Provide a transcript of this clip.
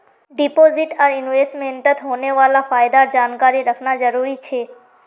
deposit आर इन्वेस्टमेंटत होने वाला फायदार जानकारी रखना जरुरी छे